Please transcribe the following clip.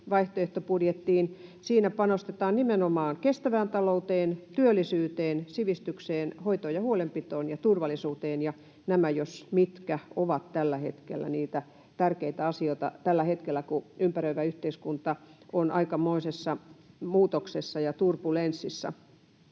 vaihtoehtobudjettiin. Siinä panostetaan nimenomaan kestävään talouteen, työllisyyteen, sivistykseen, hoitoon ja huolenpitoon ja turvallisuuteen, ja nämä jos mitkä ovat niitä tärkeitä asioita tällä hetkellä, kun ympäröivä yhteiskunta on aikamoisessa muutoksessa ja turbulenssissa.